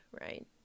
right